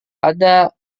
ada